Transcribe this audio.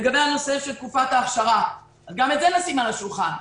לגבי הנושא של תקופת האכשרה גם את זה צריך לשים על השולחן.